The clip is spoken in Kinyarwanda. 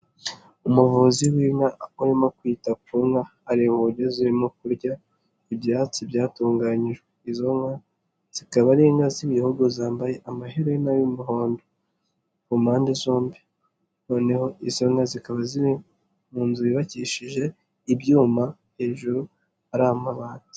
Umuvuzi w'inka urimo kwita ku nka areba uburyo zirimo kurya ibyatsi byatunganyijwe, izo nka zikaba ari inka z'ibihogo zambaye amaherena y'umuhondo ku mpande zombi, noneho izo nka zikaba ziri mu nzu yubakishije ibyuma hejuru ari amabati.